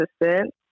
assistant